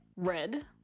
red.